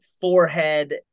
forehead